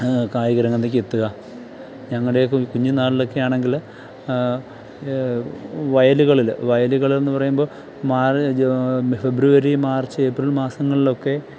കായികരംഗത്തേക്ക് എത്തുക ഞങ്ങളുടെ ഒക്കെ കുഞ്ഞുന്നാളിൽ ഒക്കെയാണെങ്കിൽ വയലുകളിൽ വയലുകളെന്ന് പറയുമ്പോൾ മാര്ജ് ഫെബ്രുവരി മാർച്ച് ഏപ്രിൽ മാസങ്ങളിലൊക്കെ